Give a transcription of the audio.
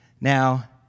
Now